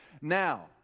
now